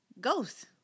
Ghost